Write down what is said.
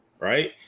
right